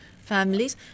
Families